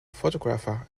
photographer